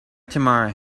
tomorrow